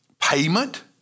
payment